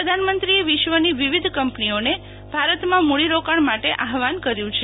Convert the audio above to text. પ્રધાનમંત્રીએ વિશ્વની વિવિધ કંપનીઓને ભારતમાં મુ ડીરોકાણ માટે આહવાન કર્યુ છે